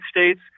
States